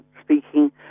speaking